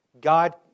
God